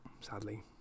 sadly